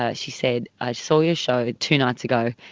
ah she said, i saw your show two nights ago,